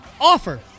offer